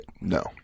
No